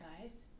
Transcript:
guys